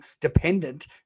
dependent